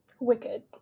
Wicked